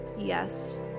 Yes